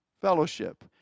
fellowship